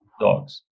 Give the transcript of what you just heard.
dogs